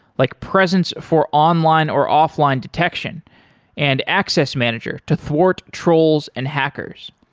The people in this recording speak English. like presence for online or offline detection and access manager to thwart trolls and hackers.